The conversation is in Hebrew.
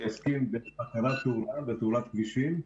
שעוסקים בתאורת כבישים.